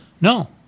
No